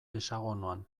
hexagonoan